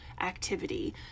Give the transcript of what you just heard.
activity